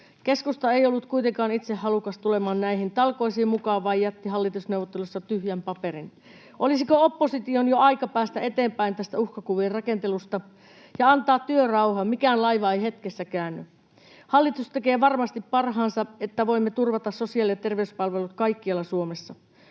Keskusta ei ollut kuitenkaan itse halukas tulemaan näihin talkoisiin mukaan, vaan jätti hallitusneuvotteluissa tyhjän paperin. Olisiko opposition jo aika päästä eteenpäin tästä uhkakuvien rakentelusta ja antaa työrauha? Mikään laiva ei hetkessä käänny. Hallitus tekee varmasti parhaansa, että voimme turvata sosiaali‑ ja terveyspalvelut kaikkialla Suomessa.